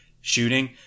shooting